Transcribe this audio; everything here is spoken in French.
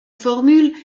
formule